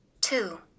Two